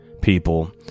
people